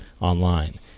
online